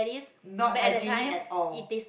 not hygienic at all